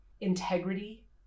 integrity